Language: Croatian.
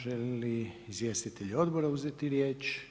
Želi li izvjestitelj odbora uzeti riječ?